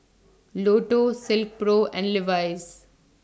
Lotto Silkpro and Levi's